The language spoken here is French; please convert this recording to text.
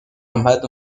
ahmad